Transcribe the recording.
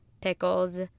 pickles